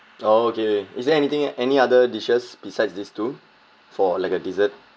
okay is there anything any other dishes besides these two for like a dessert